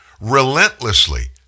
relentlessly